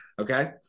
Okay